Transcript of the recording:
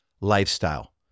lifestyle